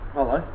Hello